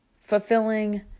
fulfilling